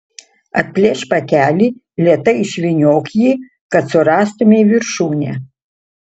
atplėšk pakelį lėtai išvyniok jį kad surastumei viršūnę